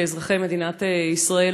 כאזרחי מדינת ישראל,